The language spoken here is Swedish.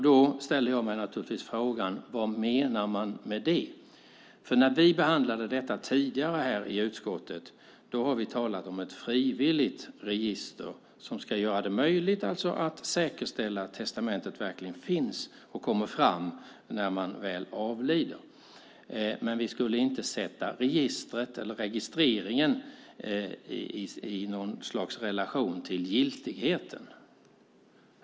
Då ställer jag mig frågan: Vad menar man med det? När vi har behandlat detta tidigare i utskottet har vi talat om ett frivilligt register som ska göra det möjligt att säkerställa att testamentet finns och kommer fram när man avlidit. Vi skulle dock inte sätta registreringen i relation till giltigheten.